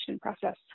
process